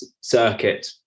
circuit